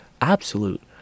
absolute